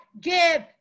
give